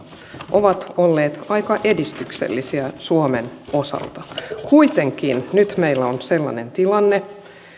ovat olleet aika edistyksellisiä suomen osalta kuitenkin nyt meillä on sellainen tilanne